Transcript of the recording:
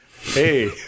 Hey